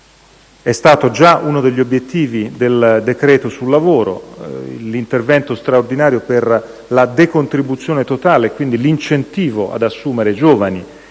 è stato già uno degli obiettivi del decreto sul lavoro, l'intervento straordinario per la decontribuzione totale e quindi l'incentivo ad assumere giovani,